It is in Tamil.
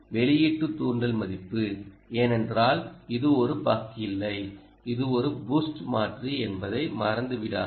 வெளியீட்டு தூண்டல் மதிப்பு ஏனென்றால் இது ஒரு பக் இல்லை இது ஒரு பூஸ்ட் மாற்றி என்பதை மறந்துவிடாதீர்கள்